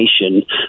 nation